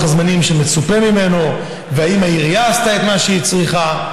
הזמנים שמצופה מהם ואם העירייה עשתה את מה שהיא צריכה.